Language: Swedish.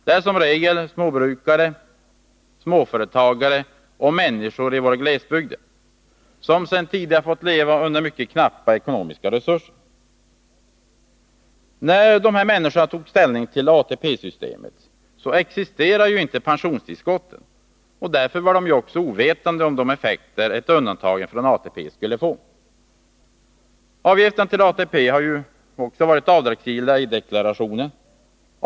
Det är som regel småbrukare, småföretagare och människor i våra glesbygder som redan tidigare fått leva under knappa ekonomiska resurser. När de här människorna tog ställning till ATP-systemet existerade ju inte pensionstillskotten, och därför var de också ovetande om de effekter som ett undantagande från ATP skulle få. Avgifterna till ATP har också varit avdragsgilla i deklarationen.